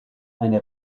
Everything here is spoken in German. eine